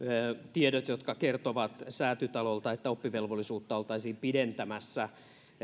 tiedot jotka kertovat säätytalolta että oppivelvollisuutta oltaisiin pidentämässä